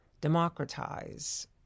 democratize